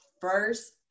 first